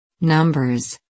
Numbers